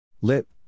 Lip